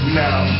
now